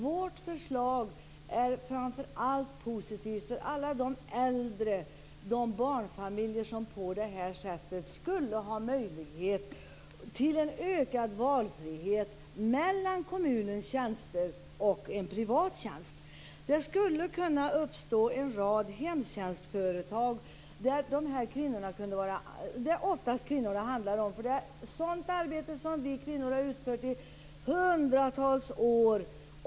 Vårt förslag är framför allt positivt för alla de äldre och de barnfamiljer som på det här sättet skulle få möjlighet till ökad valfrihet mellan kommunens tjänster och en privat tjänst. Det skulle kunna uppstå en rad hemtjänstföretag för de här kvinnorna. Det är oftast kvinnor det handlar om, för det här är sådant arbete som vi kvinnor har utfört i hundratals år.